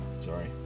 Sorry